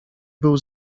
był